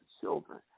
children